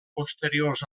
posteriors